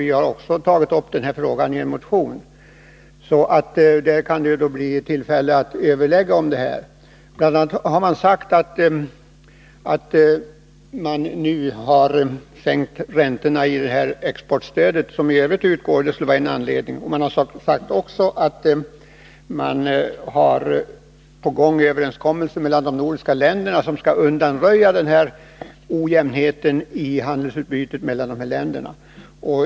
Vi har därför tagit upp denna fråga i en motion. Det kan alltså bli tillfälle till överläggningar om denna sak. Det har bl.a. sagts att en anledning är att man har sänkt räntan för det exportstöd som i övrigt utgår. Det har även sagts att man har på gång överläggningar mellan de nordiska länderna, som skulle undanröja ojämnheten i handelsutbytet mellan dessa länder.